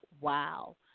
wow